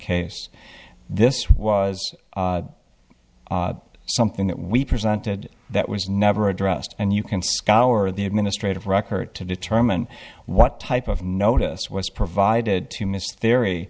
case this was something that we presented that was never addressed and you can scour the administrative record to determine what type of notice was provided to miss theory